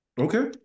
okay